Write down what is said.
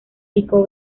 pico